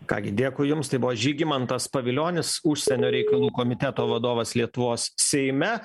ką gi dėkui jums tai buvo žygimantas pavilionis užsienio reikalų komiteto vadovas lietuvos seime